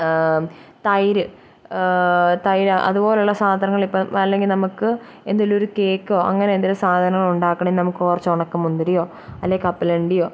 തൈര് തൈര് അതുപോലെയു ള്ള സാധനങ്ങൾ ഇപ്പം അല്ലെങ്കിൽ നമുക്ക് എന്തെങ്കിലുമൊരു കേക്കോ അങ്ങനെ എന്തെങ്കിലും സാധനങ്ങൾ ഉണ്ടാക്കക്കണെ നമുക്ക് കുറച്ച് ഉണക്ക മുന്തിരിയോ അല്ലേ കപ്പലണ്ടിയോ